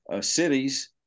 cities